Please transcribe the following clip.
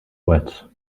wet